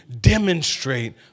demonstrate